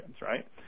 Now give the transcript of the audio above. right